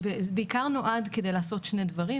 ובעיקר זה נועד כדי לעשות שני דברים.